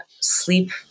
sleep